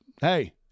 hey